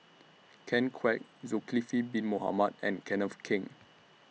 Ken Kwek Zulkifli Bin Mohamed and Kenneth Keng